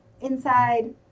inside